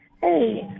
Hey